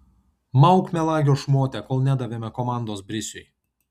mauk melagio šmote kol nedavėme komandos brisiui